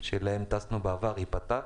שאליהן טסנו בעבר ייפתח.